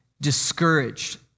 discouraged